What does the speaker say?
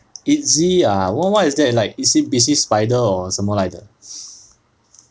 itzy ah what what is that like incy wincy spider or 什么来得